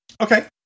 Okay